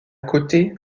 côté